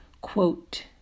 quote